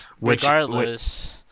Regardless